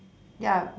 ya